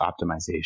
optimization